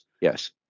yes